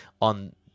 on